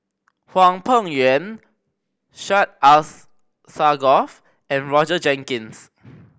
Hwang Peng Yuan Syed Alsagoff and Roger Jenkins